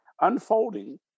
unfolding